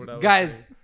Guys